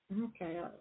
okay